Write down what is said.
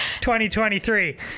2023